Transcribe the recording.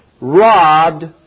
robbed